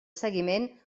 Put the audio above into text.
seguiment